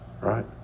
right